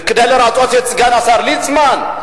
כדי לרצות את סגן השר ליצמן?